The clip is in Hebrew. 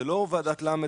זה לא ועדת ל',